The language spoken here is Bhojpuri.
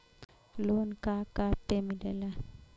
लोन का का पे मिलेला?